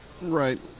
Right